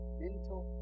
mental